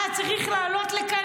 היה צריך לעלות לכאן,